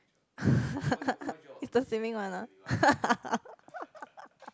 it's the swimming one ah